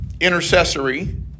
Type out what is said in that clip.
intercessory